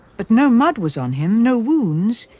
but no mud was on him, no wounds.